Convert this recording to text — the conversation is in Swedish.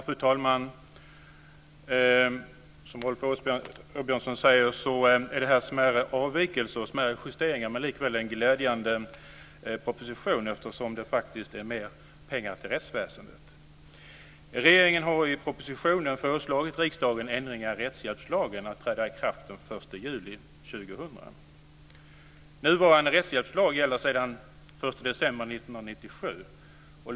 Fru talman! Som Rolf Åbjörnsson säger, är det här fråga om smärre avvikelser och justeringar, men det är likväl en glädjande proposition eftersom det faktiskt är mer pengar till rättsväsendet. Regeringen har i propositionen föreslagit riksdagen ändringar i rättshjälpslagen som ska träda i kraft den 1 juli 2000. 1 december 1997.